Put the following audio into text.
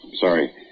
sorry